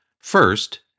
First